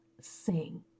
sing